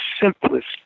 simplest